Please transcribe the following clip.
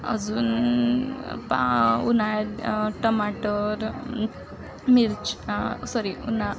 अजून पा उन्हाळ्यात टमाटर मिरच्या सॉरी उना